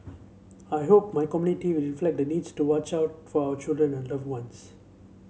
I hope my community will reflect the need to watch out for our children and loved ones